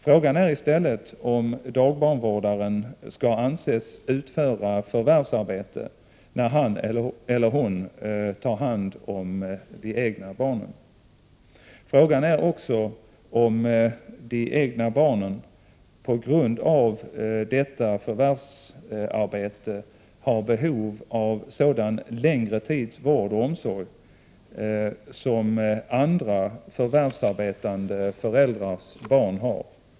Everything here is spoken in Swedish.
Frågan är i stället om dagbarnvårdaren skall anses utföra förvärvsarbete när han eller hon tar hand om de egna barnen. Frågan är också om de egna barnen på grund av detta förvärvsarbete har behov av sådan längre tids vård och omsorg som andra förvärvsarbetande föräldrars barn har.